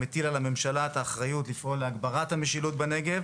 מטיל על הממשלה לפעול להגברת המשילות בנגב,